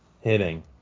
hitting